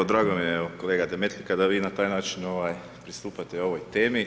Drago mi je evo kolega Demetlika da vi na taj način pristupate ovoj temi.